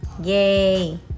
yay